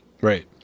Right